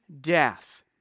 death